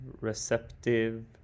receptive